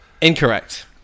Incorrect